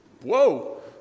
whoa